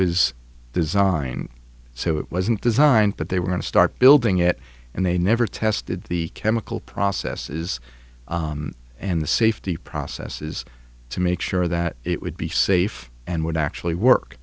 was designed so it wasn't designed but they were going to start building it and they never tested the chemical processes and the safety processes to make sure that it would be safe and would actually work